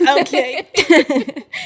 Okay